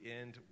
end